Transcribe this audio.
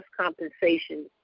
compensation